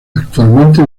actualmente